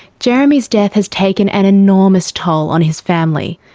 jeremy's death has taken an enormous toll on his family.